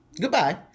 Goodbye